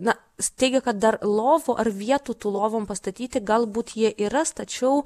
na jis teigė kad dar lovų ar vietų tų lovom pastatyti galbūt jie ir ras tačiau